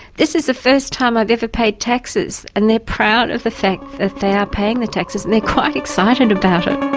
this is the first time i've ever paid taxes, and they're proud of the fact that they are paying the taxes, and quite excited about it.